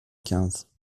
quinze